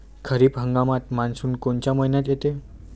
खरीप हंगामात मान्सून कोनच्या मइन्यात येते?